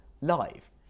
live